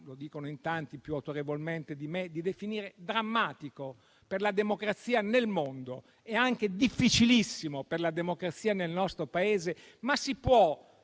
lo dicono in tanti più autorevolmente di me - di definire drammatico per la democrazia nel mondo e anche difficilissimo per la democrazia nel nostro Paese, si può